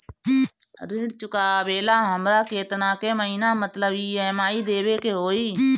ऋण चुकावेला हमरा केतना के महीना मतलब ई.एम.आई देवे के होई?